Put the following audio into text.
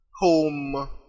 home